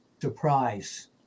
surprise